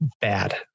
bad